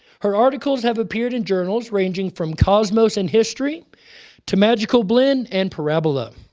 her articles have appeared in journals ranging from cosmos and history to magical blend and parabola.